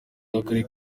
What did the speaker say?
w’akarere